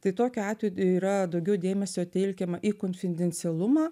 tai tokiu atveju yra daugiau dėmesio telkiama į konfidencialumą